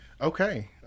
okay